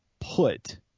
put